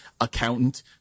accountant